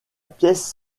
pièce